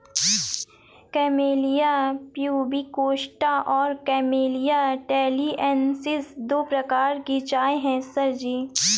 camellia pubicosta और Camellia taliensis दो प्रकार की चाय है सर जी